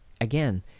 again